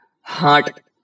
heart